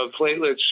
platelets